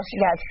yes